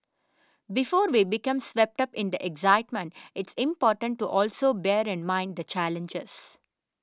before we become swept up in the excitement it's important to also bear in mind the challenges